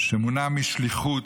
מונע משליחות,